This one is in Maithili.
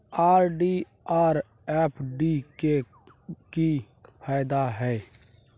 आर.डी आर एफ.डी के की फायदा हय?